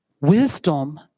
wisdom